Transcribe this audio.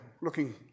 looking